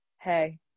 hey